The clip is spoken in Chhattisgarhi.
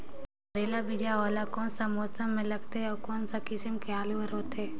करेला बीजा वाला कोन सा मौसम म लगथे अउ कोन सा किसम के आलू हर होथे?